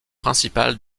principal